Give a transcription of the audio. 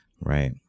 Right